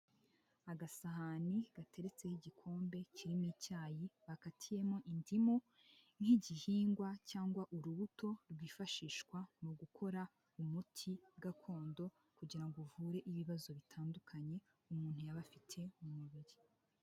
Agasahani gateretseho igikombe kirimo icyayi bakatiyemo indimu nk'igihingwa cyangwa urubuto rwifashishwa mukora umuti gakondo kugira uvure ibibazo bitandukanye umuntu yaba afite mu mubiri.